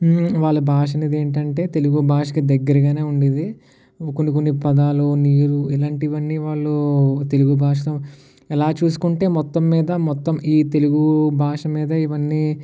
వాళ్ళ భాష అనేది ఏంటి అంటే తెలుగు భాషకి దగ్గరగానే ఉండేది కొన్ని కొన్ని పదాలు నీరు ఇలాంటివి అన్నీ వాళ్ళు తెలుగు భాష ఇలా చూసుకుంటే మొత్తం మీద మొత్తం ఈ తెలుగు భాష మీదే ఇవన్నీ